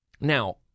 Now